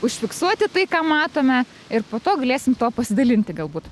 užfiksuoti tai ką matome ir po to galėsim tuo pasidalinti galbūt